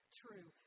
true